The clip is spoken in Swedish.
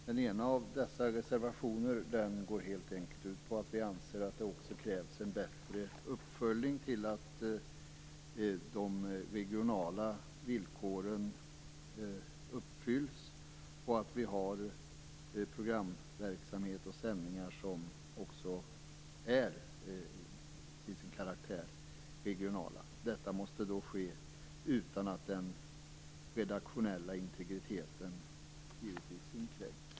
Den ena av dessa reservationer går ut på att vi anser att det krävs en bättre uppföljning av om de regionala villkoren uppfylls och om att vi har programverksamheter och sändningar som till sin karaktär är regionala. Detta skall då givetvis ske utan att den redaktionella integriteten kränks.